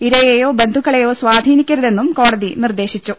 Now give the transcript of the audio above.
ഇരയെയോ ബന്ധുക്കളെയോ സാധീനിക്കരുതെന്നും കോടതി നിർദേശിച്ചു